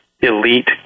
elite